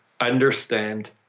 understand